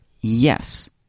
Yes